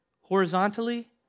horizontally